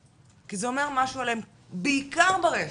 כי זה אומר משהו עליהם, בעיקר ברשת,